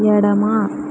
ఎడమ